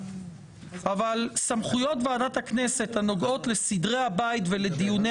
אבל סמכויות ועדת הכנסת הנוגעות לסדרי הבית ולדיוני